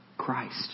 Christ